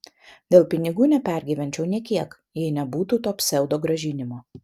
dėl pinigų nepergyvenčiau nė kiek jei nebūtų to pseudogrąžinimo